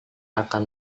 akan